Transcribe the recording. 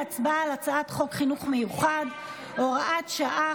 ההצעה להעביר את הצעת חוק חינוך מיוחד (הוראת שעה,